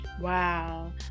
wow